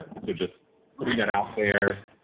and so just putting that out there.